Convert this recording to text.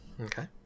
Okay